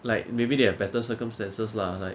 like maybe they are better circumstances lah like